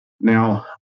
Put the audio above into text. Now